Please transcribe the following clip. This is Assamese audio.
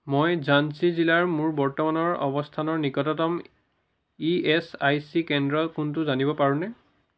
মই ঝান্সী জিলাত মোৰ বৰ্তমানৰ অৱস্থানৰ নিকটতম ই এচ আই চি কেন্দ্ৰ কোনটো জানিব পাৰোঁনে